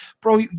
bro